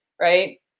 right